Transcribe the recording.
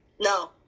No